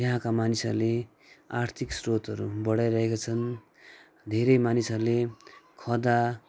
यहाँका मानिसहरूले आर्थिक स्रोतहरू बढाइरहेका छन् धेरै मानिसहरूले खदा